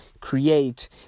create